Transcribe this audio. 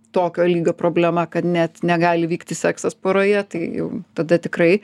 tokio lygio problema kad net negali vykti seksas poroje tai jau tada tikrai